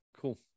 Cool